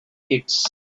kids